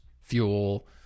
fuel